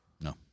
No